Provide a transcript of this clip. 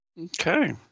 Okay